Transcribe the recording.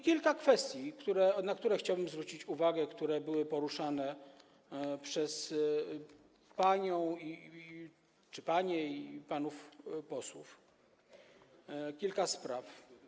Kilka kwestii, na które chciałbym zwrócić uwagę, które były poruszane przez panią czy panie i panów posłów, kilka spraw.